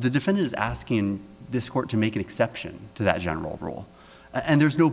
the defendant's asking this court to make an exception to that general rule and there's no